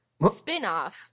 spinoff